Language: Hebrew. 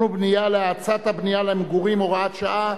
ובנייה להאצת הבנייה למגורים (הוראת שעה),